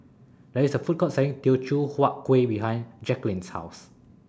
There IS A Food Court Selling Teochew Huat Kuih behind Jacquelin's House